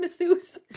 masseuse